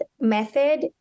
method